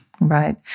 Right